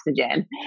oxygen